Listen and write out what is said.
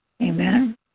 Amen